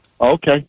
Okay